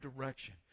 direction